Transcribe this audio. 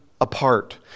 apart